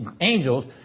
angels